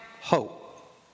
hope